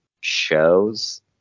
shows